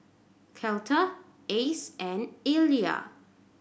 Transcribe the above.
Cleta Ace and Elia